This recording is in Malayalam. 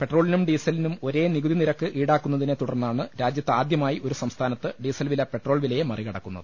പെട്രോളിനും ഡീസലിനും ഒരേ നികുതിനിരക്ക് ഈടാക്കുന്നതിനെ തുടർന്നാണ് രാജ്യത്ത് ആദ്യമായി ഒരു സംസ്ഥാനത്ത് ഡീസൽവില പെട്രോൾവിലയെ മറികടക്കുന്നത്